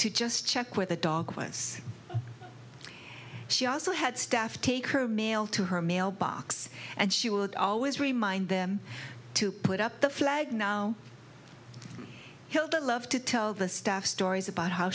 to just check with the dog was she also had staff take her mail to her mailbox and she would always remind them to put up the flag now hilda loved to tell the staff stories about how